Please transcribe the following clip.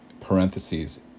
parentheses